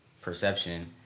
perception